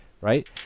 right